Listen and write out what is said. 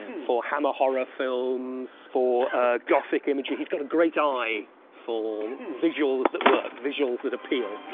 for hammer horror films. for gothic imagery, he's got a great eye for visuals that work. visuals that appeal.